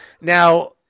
Now